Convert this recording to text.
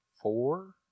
four